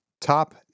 top